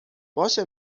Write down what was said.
باشه